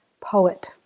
poet